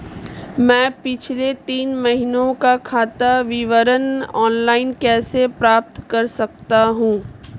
मैं पिछले तीन महीनों का खाता विवरण ऑनलाइन कैसे प्राप्त कर सकता हूं?